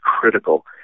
critical